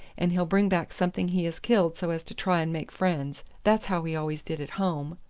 and he'll bring back something he has killed so as to try and make friends. that's how he always did at home.